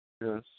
Yes